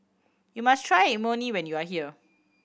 you must try Imoni when you are here